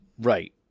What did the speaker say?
Right